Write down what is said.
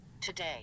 today